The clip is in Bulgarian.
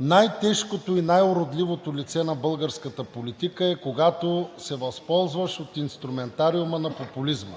най-тежкото и най-уродливото лице на българската политика е, когато се възползваш от инструментариума на популизма,